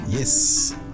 Yes